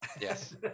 yes